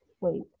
wait